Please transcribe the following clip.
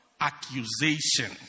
Accusation